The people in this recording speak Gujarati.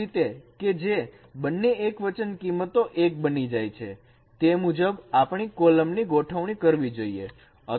આવી રીતે કે જે બંને એકવચન કિંમતો એક બની જાય છે તે મુજબ આપણી કોલમ ની ગોઠવણી કરવી જોઈએ